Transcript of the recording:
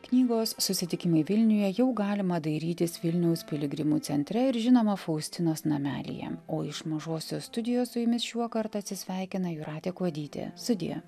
knygos susitikimai vilniuje jau galima dairytis vilniaus piligrimų centre ir žinoma faustinos namelyje o iš mažosios studijos su jumis šiuokart atsisveikina jūratė kuodytė sudie